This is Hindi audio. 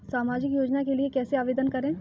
सामाजिक योजना के लिए कैसे आवेदन करें?